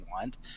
want